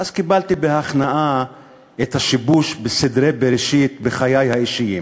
קיבלתי בהכנעה את השיבוש בסדרי בראשית של חיי האישיים.